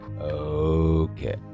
Okay